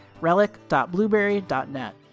relic.blueberry.net